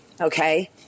okay